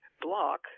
block